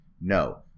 No